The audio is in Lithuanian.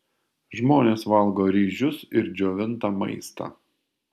žmonės valgo ryžius ir džiovintą maistą